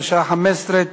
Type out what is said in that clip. בשעה 15:00,